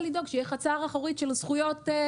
לדאוג שיהיה חצר אחורית של זכויות.